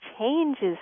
changes